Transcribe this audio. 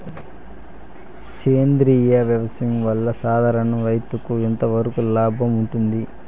సేంద్రియ వ్యవసాయం వల్ల, సాధారణ రైతుకు ఎంతవరకు లాభంగా ఉంటుంది?